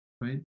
right